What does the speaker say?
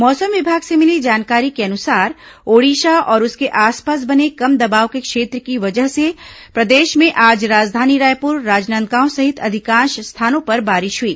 मौसम विभाग से मिली जानकारी के अनुसार ओडिशा और उसके आसपास बने कम दबाव के क्षेत्र की वजह से प्रदेश में आज राजधानी रायपुर राजनांदगांव सहित अधिकांश स्थानों पर बारिश हुई